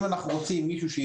אם אנחנו רוצים מישהו,